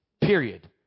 Period